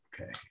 okay